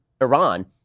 Iran